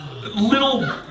little